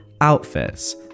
outfits